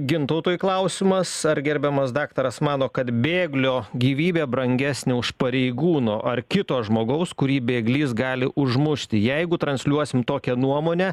gintautui klausimas ar gerbiamas daktaras mano kad bėglio gyvybė brangesnė už pareigūno ar kito žmogaus kurį bėglys gali užmušti jeigu transliuosim tokią nuomonę